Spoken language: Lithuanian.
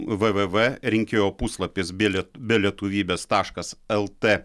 vėvėvė rinkėjo puslapis biliet be lietuvybės taškas lt